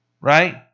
right